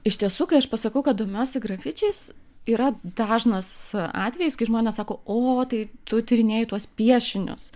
iš tiesų kai aš pasakau kad domiuosi grafičiais yra dažnas atvejis kai žmonės sako o tai tu tyrinėji tuos piešinius